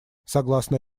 согласно